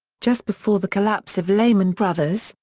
just before the collapse of lehman brothers,